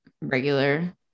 regular